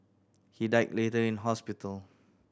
he died later in hospital